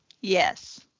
Yes